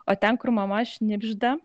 o ten kur mama šnibžda